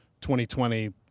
2020